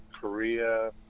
Korea